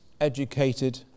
educated